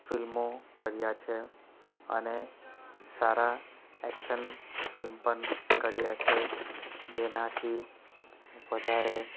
ફિલ્મો કર્યાં છે અને સારા એક્શન ફિલ્મ પણ કર્યા છે જેનાથી વધારે